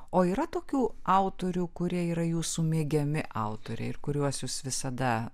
o yra tokių autorių kurie yra jūsų mėgiami autoriai ir kuriuos jūs visada